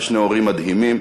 לשני הורים מדהימים,